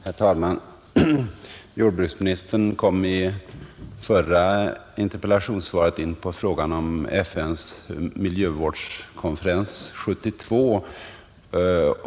Herr talman! Jordbruksministern kom i det förra interpellationssvaret in på frågan om FN:s miljövårdskonferens 1972.